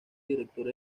director